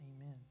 Amen